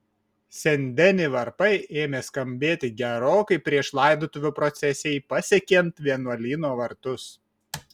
sen deni varpai ėmė skambėti gerokai prieš laidotuvių procesijai pasiekiant vienuolyno vartus